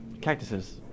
Cactuses